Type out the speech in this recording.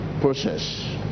process